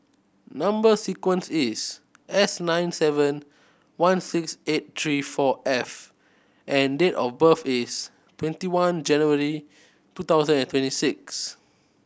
number sequence is S nine seven one six eight three four F and date of birth is twenty one January two thousand and twenty six